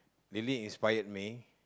really inspired me